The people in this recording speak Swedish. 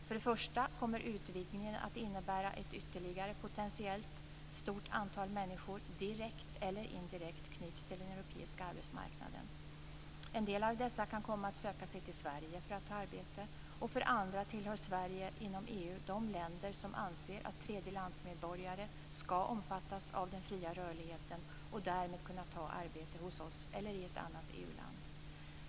För det första kommer utvidgningen att innebära att ytterligare, potentiellt, ett stort antal människor direkt eller indirekt knyts till den europeiska arbetsmarknaden. En del av dessa kan komma att söka sig till Sverige för att ta arbete. För det andra tillhör Sverige inom EU de länder som anser att tredjelandsmedborgare ska omfattas av den fria rörligheten och därmed kunna ta arbete hos oss eller i ett annat EU-land.